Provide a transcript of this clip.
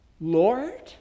Lord